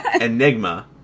Enigma